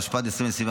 התשפ"ד 2024,